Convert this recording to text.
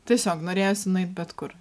tiesiog norėjosi nueit bet kur